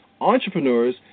entrepreneurs